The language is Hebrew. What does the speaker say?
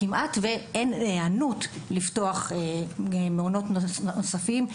כמעט ואין היענות לפתוח מעונות נוספים,